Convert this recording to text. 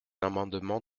amendement